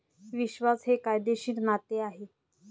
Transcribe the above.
विश्वास हे कायदेशीर नाते आहे